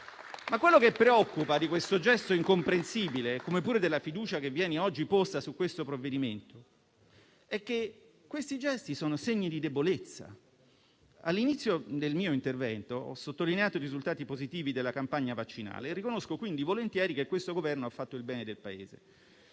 Ma quello che preoccupa di questo gesto incomprensibile, come pure della fiducia oggi posta su questo provvedimento, è che questi gesti sono segni di debolezza. All'inizio del mio intervento, ho sottolineato i risultati positivi della campagna vaccinale e riconosco quindi volentieri che questo Governo ha fatto il bene del Paese;